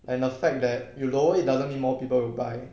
and the fact that you lower it doesn't mean more people will buy